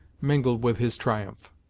mingled with his triumph.